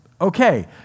Okay